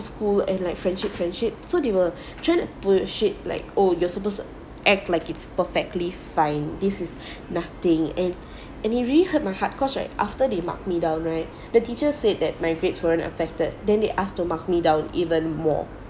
school and like friendship friendship so they were tryna bullshit like oh you're supposed to act like it's perfectly fine this is nothing and and it really hurt my heart cause right after they mark me down right the teacher said that my grades weren't affected then they asked to mark me down even more